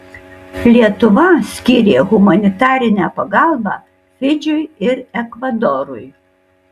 lietuva skyrė humanitarinę pagalbą fidžiui ir ekvadorui